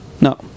No